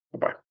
Bye-bye